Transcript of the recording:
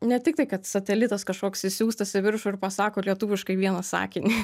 ne tik tai kad satelitas kažkoks išsiųstas į viršų ir pasako lietuviškai vieną sakinį